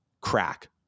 crack